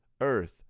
Earth